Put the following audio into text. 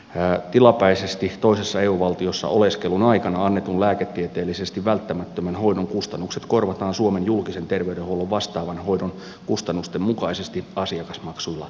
häät tilapäisesti toisessa eu valtiossa oleskelun aikana annetun lääketieteellisesti välttämättömän hoidon kustannukset korvataan suomen julkisen terveydenhuollon vastaavan hoidon kustannusten mukaisesti asiakasmaksulla vähennettynä